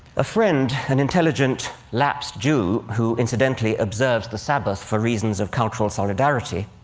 a friend, an intelligent lapsed jew, who, incidentally, observes the sabbath for reasons of cultural solidarity,